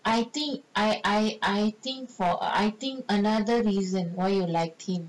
I think I I think for I think another reason why you like him